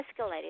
escalated